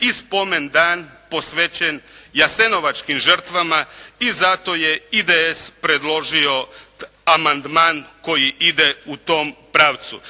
i spomendan posvećen jasenovačkim žrtvama i zato je IDS predložio amandman koji ide u tom pravcu.